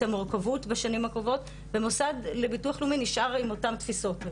המורכבות בשנים הקרובות ומוסד לביטוח לאומי נשאר עם אותם תפיסות.